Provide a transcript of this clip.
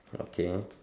okay ah